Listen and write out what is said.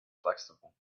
flexible